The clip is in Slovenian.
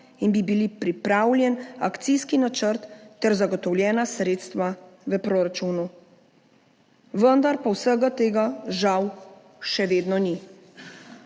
in bi bil pripravljen akcijski načrt ter zagotovljena sredstva v proračunu. Vendar pa vsega tega žal še vedno ni.